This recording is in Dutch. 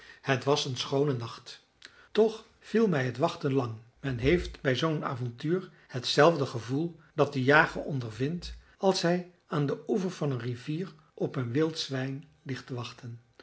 het was een schoone nacht toch viel mij het wachten lang men heeft bij zoo'n avontuur hetzelfde gevoel dat de jager ondervindt als hij aan den oever van een rivier op een wild zwijn ligt te wachten